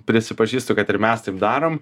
prisipažįstu kad ir mes taip darom